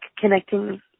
connecting